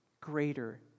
greater